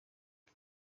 ati